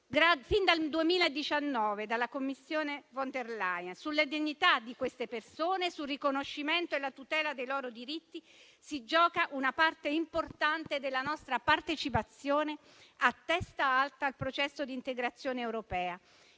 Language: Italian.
sin dal 2019, dalla Commissione von der Leyen. Sulla dignità di queste persone e sul riconoscimento e sulla tutela dei loro diritti si gioca una parte importante della nostra partecipazione a testa alta al processo di integrazione europea,